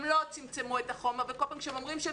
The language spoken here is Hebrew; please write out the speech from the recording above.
הם לא צמצמו את החומר וכל פעם שהם אומרים שהם